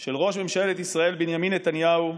של ראש ממשלת ישראל בנימין נתניהו,